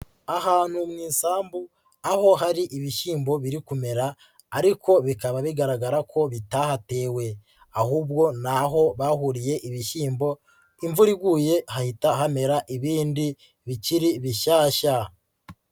Ahantu mu isambu aho hari ibishyimbo biri kumera ariko bikaba bigaragara ko bitahatewe ahubwo ni aho bahuriye ibishyimbo imvura iguye hahita hamera ibindi bikiri bishyashya.